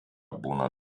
būna